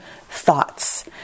thoughts